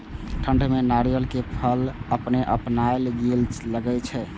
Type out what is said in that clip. ठंड में नारियल के फल अपने अपनायल गिरे लगए छे?